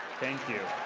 thank you.